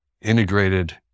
integrated